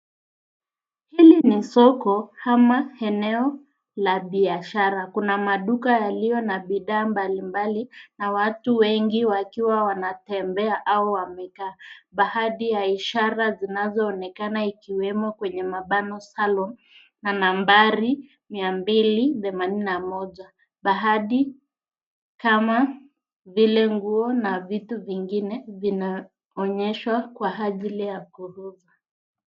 Hili ni soko ama eneo la biashara. Kuna maduka yaliyo na bidhaa mbalimbali na watu wengi wakiwa wanatembea au wamekaa. Baadhi ya ishara zinazoonekana ikiwemo kwenye mabano salon na nambari mia mbili themanini na moja. Baadhi kama vile nguo na vitu vingine vinaonyeshwa kwa ajili ya kuuza.